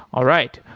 all right.